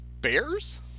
bears